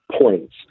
points